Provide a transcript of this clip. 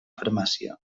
farmàcia